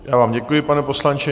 Já vám děkuji, pane poslanče.